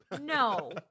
No